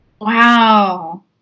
wow